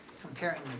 comparing